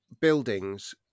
buildings